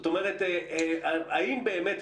האם באמת,